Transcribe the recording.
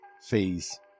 fees